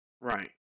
Right